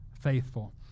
faithful